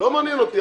לא מעניין אותי.